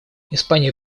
испания